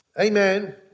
amen